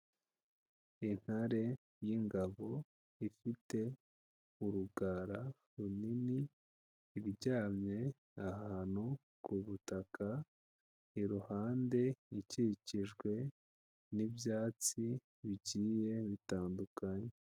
Intare y'ingabo ifite urugara runini, iryamye ahantu ku butaka, iruhande ikikijwe n'ibyatsi bigiye bitandukanye.